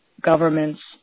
governments